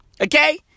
Okay